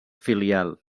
filial